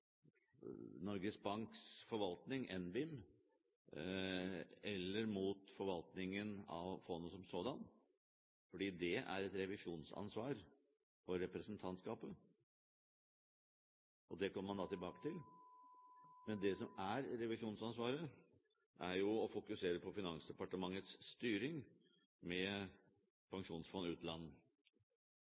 Norges Banks forvaltning, NBIM, eller mot forvaltningen av fondet som sådan, fordi det er et revisjonsansvar for representantskapet, og det kommer man da tilbake til. Men det som er revisjonsansvaret, er jo å fokusere på Finansdepartementets styring med Statens pensjonsfond utland.